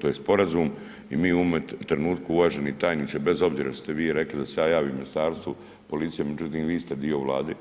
tj. sporazum i mi u ovome trenutku uvaženi tajniče, bez obzira što ste vi rekli da se ja javim ministarstvu, policiji, međutim, vi ste dio Vlade.